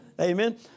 Amen